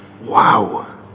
Wow